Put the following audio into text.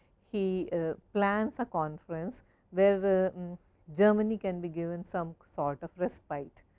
he plans a conference where germany can be given some sort of respite.